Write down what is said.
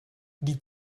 die